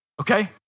Okay